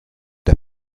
der